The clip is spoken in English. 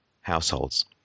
households